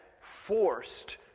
forced